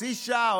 חצי שעה,